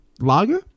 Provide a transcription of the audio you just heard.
lager